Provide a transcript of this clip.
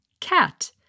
Cat